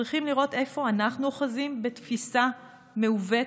צריכים לראות איפה אנחנו אוחזים בתפיסה מעוותת,